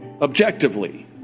Objectively